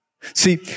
See